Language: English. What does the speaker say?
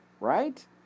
Right